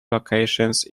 locations